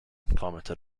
commented